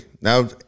Now